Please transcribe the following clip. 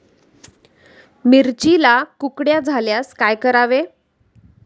मिरचीला कुकड्या झाल्यास काय करावे?